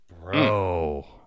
Bro